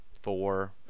four